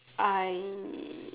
I